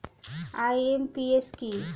IMPS কি?